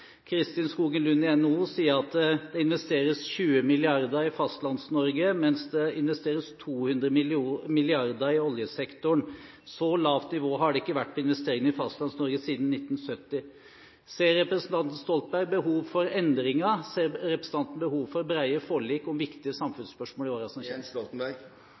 Kristin Skogen Lund i NHO sier at det investeres 20 mrd. kr i Fastlands-Norge, mens det investeres 200 mrd. kr i oljesektoren. Så lavt nivå har det ikke vært på investeringene i Fastlands-Norge siden 1970. Ser representanten Stoltenberg behov for endringer? Ser representanten behov for brede forlik om viktige samfunnsspørsmål i årene som